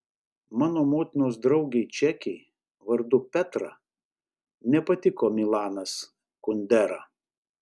mano motinos draugei čekei vardu petra nepatiko milanas kundera